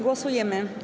Głosujemy.